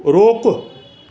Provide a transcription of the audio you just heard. रोक़ु